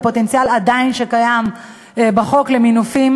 והפוטנציאל שעדיין קיים בחוק למינופים,